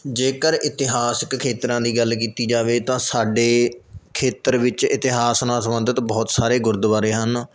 ਜੇਕਰ ਇਤਿਹਾਸਿਕ ਖੇਤਰਾਂ ਦੀ ਗੱਲ ਕੀਤੀ ਜਾਵੇ ਤਾਂ ਸਾਡੇ ਖੇਤਰ ਵਿੱਚ ਇਤਿਹਾਸ ਨਾਲ ਸੰਬੰਧਿਤ ਬਹੁਤ ਸਾਰੇ ਗੁਰਦਵਾਰੇ ਹਨ